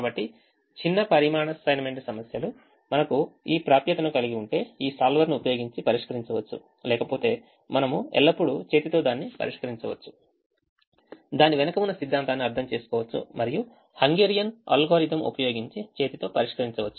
కాబట్టి చిన్న పరిమాణ అసైన్మెంట్ సమస్యలు మనకు ఈ ప్రాప్యతను కలిగి ఉంటే ఈ solver ని ఉపయోగించి పరిష్కరించవచ్చు లేకపోతే మనము ఎల్లప్పుడూ చేతితో దాన్ని పరిష్కరించవచ్చు దాని వెనుక ఉన్న సిద్ధాంతాన్ని అర్థం చేసుకోవచ్చు మరియు హంగేరియన్ అల్గోరిథం ఉపయోగించి చేతితో పరిష్కరించవచ్చు